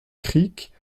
creek